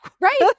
Right